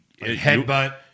headbutt